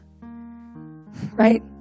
Right